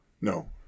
No